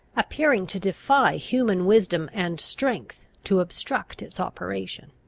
appearing to defy human wisdom and strength to obstruct its operation.